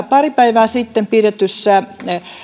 pari päivää sitten pidetyssä